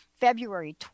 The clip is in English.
February